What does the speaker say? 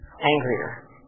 angrier